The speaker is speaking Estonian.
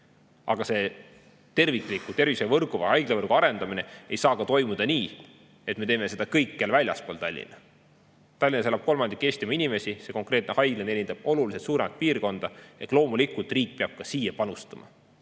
Aga tervikliku tervisevõrgu või haiglavõrgu arendamine ei saa toimuda nii, et me teeme seda kõikjal väljaspool Tallinna. Tallinnas elab kolmandik Eestimaa inimesi, see konkreetne haigla teenindaks oluliselt suuremat piirkonda, nii et loomulikult peab riik ka sellesse panustama.